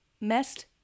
messed